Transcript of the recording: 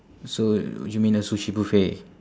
so you mean a sushi buffet